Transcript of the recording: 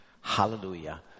Hallelujah